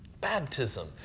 Baptism